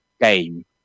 game